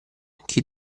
kid